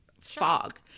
fog